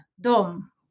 Dom